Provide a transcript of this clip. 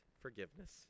forgiveness